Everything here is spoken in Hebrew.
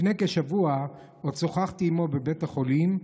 לפני כשבוע עוד שוחחתי עימו בבית החולים,